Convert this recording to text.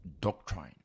doctrine